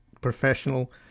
professional